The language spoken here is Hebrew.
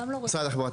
משרד התחבורה,